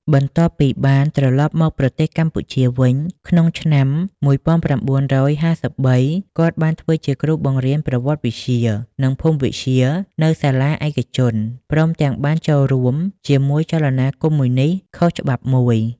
បន្ទាប់ពីបានត្រឡប់មកប្រទេសកម្ពុជាវិញក្នុងឆ្នាំ១៩៥៣ គាត់បានធ្វើជាគ្រូបង្រៀនប្រវត្តិវិទ្យា និងភូមិវិទ្យានៅសាលាឯកជន ព្រមទាំងបានចូលរួមជាមួយចលនាកុម្មុយនីស្តខុសច្បាប់មួយ។